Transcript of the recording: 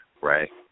right